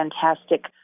fantastic